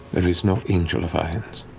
there is no angel of irons.